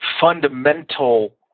fundamental